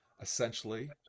essentially